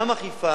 גם אכיפה,